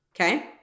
okay